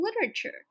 Literature